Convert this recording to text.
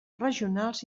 regionals